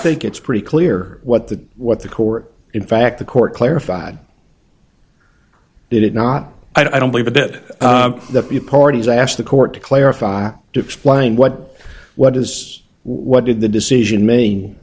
think it's pretty clear what the what the court in fact the court clarified that it not i don't believe a bit that the parties asked the court to clarify to explain what what is what did the decision m